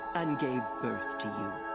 and gave birth to you.